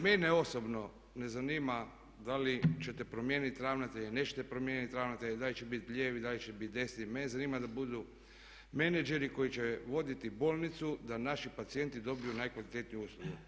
Mene osobno ne zanima da li ćete promijeniti ravnatelje ili nećete promijeniti ravnatelje, da li će biti lijevi, da li će biti desni, mene zanima da budu menadžeri koji će voditi bolnicu da naši pacijenti dobiju najkvalitetniju uslugu.